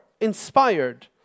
inspired